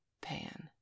Pan